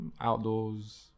outdoors